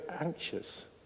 anxious